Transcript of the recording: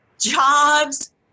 jobs